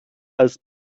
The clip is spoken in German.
als